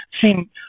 seem